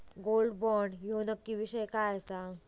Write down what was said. Gold bond ह्यो नक्की विषय काय आसा?